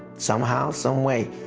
somehow, some way.